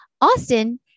Austin